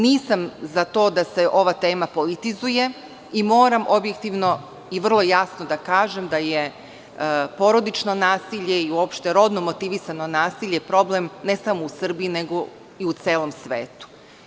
Nisam za to da se ova tema politizuje i moram objektivno i vrlo jasno da kažem da je porodično nasilje i uopšte rodno motivisano nasilje problem ne samo u Srbiji nego u celom svetu.